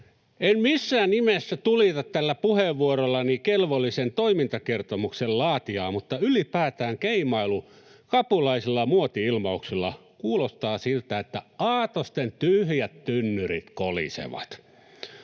En missään nimessä tulita tällä puheenvuorollani kelvollisen toimintakertomuksen laatijaa, mutta ylipäätään keimailu kapulaisilla muoti-ilmauksilla kuulostaa siltä, että aatosten tyhjät tynnyrit kolisevat.